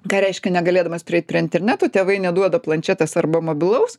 ką reiškia negalėdamas prieit prie interneto tėvai neduoda planšetės arba mobilaus